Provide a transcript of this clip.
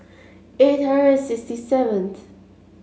eight hundred and sixty seventh